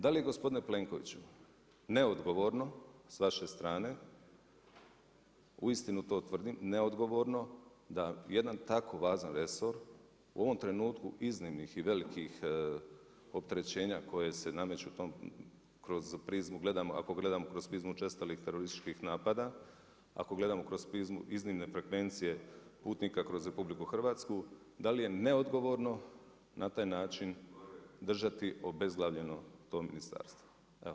Da li je gospodine Plenkoviću, neodgovorno s vaše strane uistinu to tvrdim, neodgovorno da jedan tako važan resor u ovom trenutku iznimnih i velikih opterećenja koja se nameću kroz prizmu gledamo, ako gledam kroz prizmu učestalih terorističkih napada, ako gledamo kroz prizmu iznimne frekvencije putnika kroz Republiku Hrvatsku da li je neodgovorno na taj način držati obezglavljeno to ministarstvo.